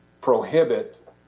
prohibit